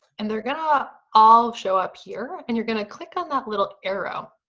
and they're gonna all show up here, and you're gonna click on that little arrow.